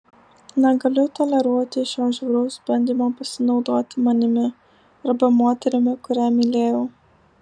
negaliu toleruoti šio žiauraus bandymo pasinaudoti manimi arba moterimi kurią mylėjau